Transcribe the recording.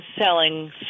selling